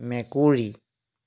মেকুৰী